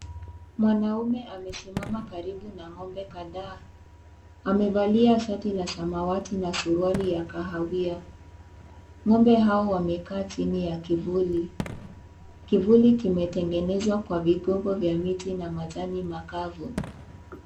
Mwanaume amesimama karibu na ng'ombe kadhaa. Amevalia shati la samawati na suruali ya kahawia. Ng'ombe hao wamekaa chini ya kivuli. Kivuli kimetengenezwa kwa vigogo vya mti na majani makavu.